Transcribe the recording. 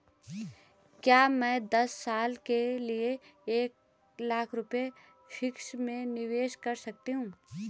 क्या मैं दस साल के लिए एक लाख रुपये फिक्स में निवेश कर सकती हूँ?